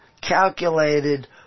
calculated